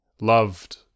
loved